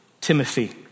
Timothy